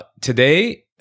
today